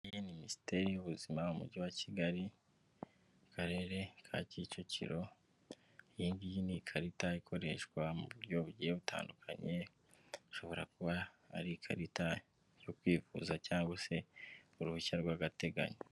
Iyi ni Minisiteri y'Ubuzima umujyi wa Kigali karere ka Kicukiro, iyi ngiyi ni ikarita ikoreshwa mu buryo bugiye butandukanye ishobora kuba ari ikarita yo kwivuza cyangwa se uruhushya rw'agateganyo.